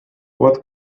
what